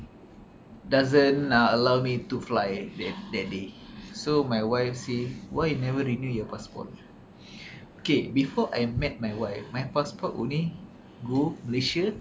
doesn't allow me to fly that day so my wife say why never renew your passport okay before I met my wife my passport only go malaysia